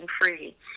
free